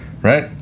right